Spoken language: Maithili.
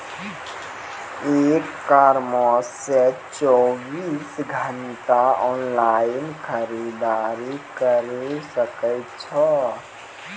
ई कॉमर्स से चौबीस घंटा ऑनलाइन खरीदारी करी सकै छो